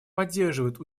поддерживают